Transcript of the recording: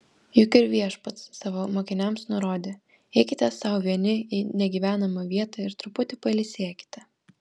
juk ir viešpats savo mokiniams nurodė eikite sau vieni į negyvenamą vietą ir truputį pailsėkite